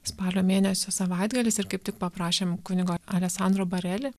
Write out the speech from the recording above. spalio mėnesio savaitgalis ir kaip tik paprašėm kunigo alesandro bareli